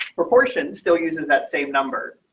proportion still uses that same number.